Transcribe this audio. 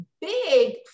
big